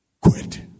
quit